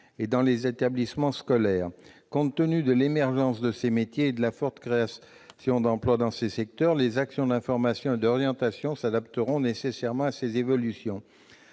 dans les établissements scolaires. Compte tenu de l'émergence de ces métiers et de la forte création d'emplois dans ce secteur, les actions d'information et d'orientation s'adapteront nécessairement à ces évolutions.